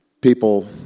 people